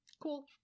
cool